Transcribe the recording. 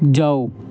जाओ